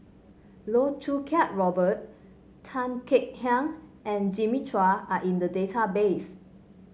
Loh Choo Kiat Robert Tan Kek Hiang and Jimmy Chua are in the database